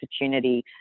opportunity